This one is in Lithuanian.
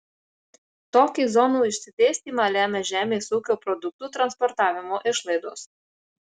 tokį zonų išsidėstymą lemia žemės ūkio produktų transportavimo išlaidos